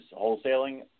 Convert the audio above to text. wholesaling